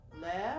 left